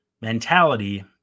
mentality